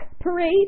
parade